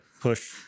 push